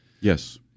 Yes